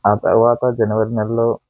ఆ తర్వాత జనవరి నెలలో